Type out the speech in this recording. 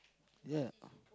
ya